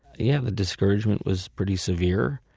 yeah the discouragement was pretty severe.